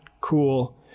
cool